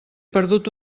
perdut